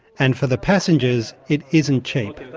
and for the passengers it isn't cheap.